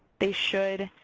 they should